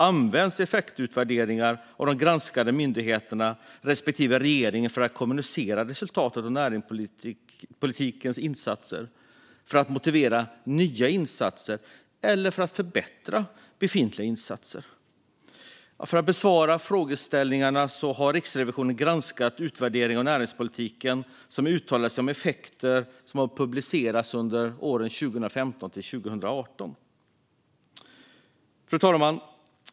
Används effektutvärderingar av de granskade myndigheterna respektive regeringen för att kommunicera resultat av näringspolitiska insatser, för att motivera nya insatser eller för att förbättra befintliga insatser? För att besvara frågeställningarna har Riksrevisionen granskat utvärderingar av näringspolitiken som uttalar sig om effekter och har publicerats under perioden 2015-2018. Fru talman!